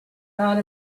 thought